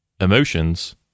emotions